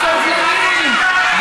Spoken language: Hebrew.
הסובלניים,